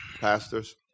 pastors